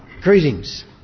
Greetings